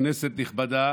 כנסת נכבדה,